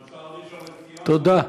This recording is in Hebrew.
תודה.